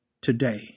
Today